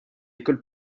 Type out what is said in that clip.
école